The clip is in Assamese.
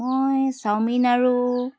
মই চাওমিন আৰু